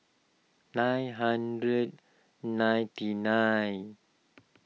nine hundred ninety nine